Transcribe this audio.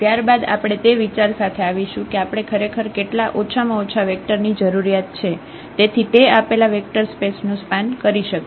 ત્યારબાદ આપણે તે વિચાર સાથે આવીશું કે આપણે ખરેખર કેટલા ઓછામાં ઓછા વેક્ટર ની જરૂરિયાત છે તેથી તે આપેલા વેક્ટર સ્પેસ નો સ્પાન કરી શકીએ